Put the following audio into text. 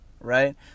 right